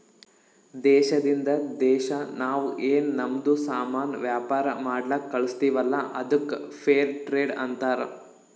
ದೇಶದಿಂದ್ ದೇಶಾ ನಾವ್ ಏನ್ ನಮ್ದು ಸಾಮಾನ್ ವ್ಯಾಪಾರ ಮಾಡ್ಲಕ್ ಕಳುಸ್ತಿವಲ್ಲ ಅದ್ದುಕ್ ಫೇರ್ ಟ್ರೇಡ್ ಅಂತಾರ